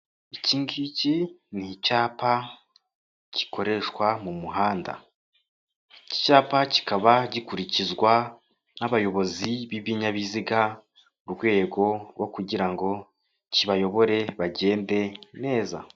Iki ngiki ni icyapa gikoreshwa mu muhanda. Iki cyapa kikaba gikurikizwa n'abayobozi b'ibinyabiziga, urwego rwo kugira ngo kibayobore bagende neza.